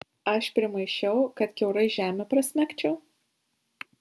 aš primaišiau kad kiaurai žemę prasmegčiau